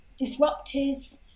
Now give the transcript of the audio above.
disruptors